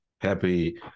Happy